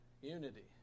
unity